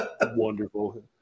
Wonderful